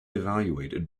evaluated